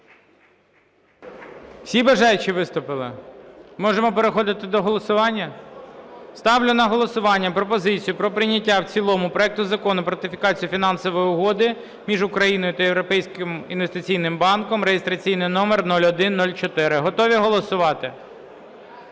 Всі бажаючі виступили? Можемо переходити до голосування? Ставлю на голосування пропозицію про прийняття в цілому проекту Закону про ратифікацію Фінансової угоди між Україною та Європейським інвестиційним банком (реєстраційний номер 0104). Готові голосувати?